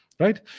Right